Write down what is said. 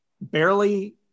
barely